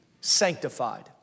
sanctified